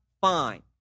fine